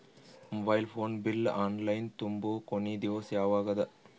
Mobile phone bill online ತುಂಬೊ ಕೊನಿ ದಿವಸ ಯಾವಗದ?